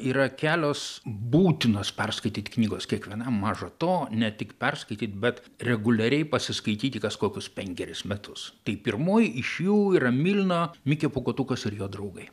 yra kelios būtinos perskaityti knygos kiekvienam maža to ne tik perskaityti bet reguliariai pasiskaityti kas kokius penkerius metus tai pirmoji iš jų yra milno mikė pūkuotukas ir jo draugai